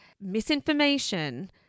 misinformation